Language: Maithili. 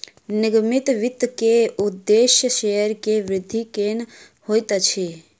निगमित वित्त के उदेश्य शेयर के वृद्धि केनै होइत अछि